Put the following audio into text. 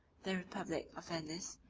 the republic of venice,